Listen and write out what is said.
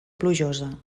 plujosa